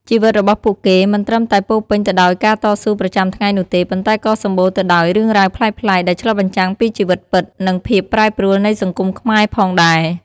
ជីវិតរបស់ពួកគេមិនត្រឹមតែពោរពេញទៅដោយការតស៊ូប្រចាំថ្ងៃនោះទេ ប៉ុន្តែក៏សម្បូរទៅដោយរឿងរ៉ាវប្លែកៗ ដែលឆ្លុះបញ្ចាំងពីជីវិតពិត និងភាពប្រែប្រួលនៃសង្គមខ្មែរផងដែរ។